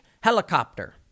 helicopter